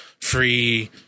free